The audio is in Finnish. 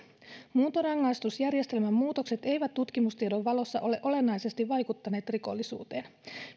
muuntorangaistusjärjestelmän muutokset eivät tutkimustiedon valossa ole olennaisesti vaikuttaneet rikollisuuteen